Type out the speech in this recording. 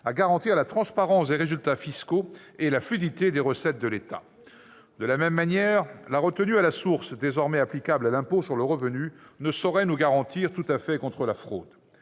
à garantir la transparence des résultats fiscaux et la fluidité des recettes de l'État. De la même manière, la retenue à la source, désormais applicable à l'impôt sur le revenu, ne saurait nous garantir tout à fait contre la fraude.